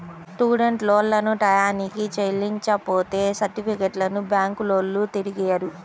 student లోన్లను టైయ్యానికి చెల్లించపోతే సర్టిఫికెట్లను బ్యాంకులోల్లు తిరిగియ్యరు